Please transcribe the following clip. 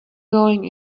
going